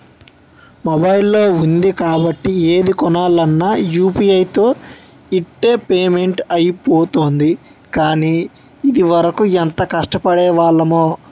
mobile ఉంది కాబట్టి ఏది కొనాలన్నా యూ.పి.ఐ తో ఇట్టే పేమెంట్ అయిపోతోంది కానీ, ఇదివరకు ఎంత కష్టపడేవాళ్లమో